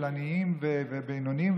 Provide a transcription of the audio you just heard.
של עניים ובינוניים,